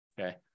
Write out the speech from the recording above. okay